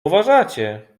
uważacie